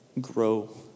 grow